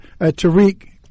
Tariq